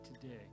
today